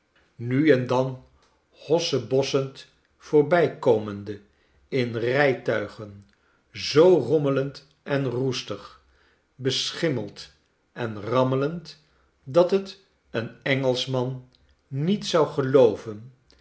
nu en dan hossebossend voorbijkomende in rijtuigen zoo rommelend enroestig beschimmeld en rammelend dat het een engelschman niet zou gelooven